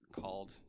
called